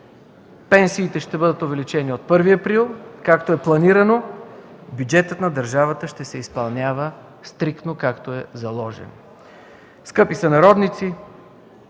Пенсиите ще бъдат увеличени от 1 април, както е планирано. Бюджетът на държавата ще се изпълнява стриктно, както е заложен. Скъпи сънародници,